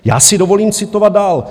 Já si dovolím citovat dál.